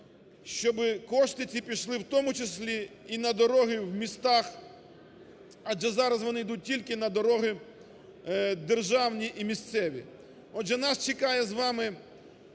щоб кошти ці пішли в тому числі і на дороги в містах адже зараз вони йдуть тільки на дороги державні і місцеві. Отже, нас чекає з вами